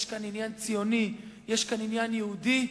יש כאן עניין ציוני, יש כאן עניין יהודי,